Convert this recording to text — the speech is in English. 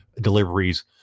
deliveries